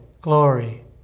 glory